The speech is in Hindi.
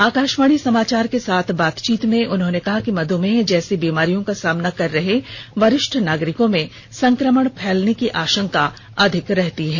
आकाशवाणी समाचार के साथ बातचीत में उन्होंने कहा कि मधुमेह जैसी बीमारियों का सामना कर रहे वरिष्ठ नागरिकों में संक्रमण फैलने की आशंका अधिक रहती है